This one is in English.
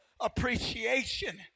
appreciation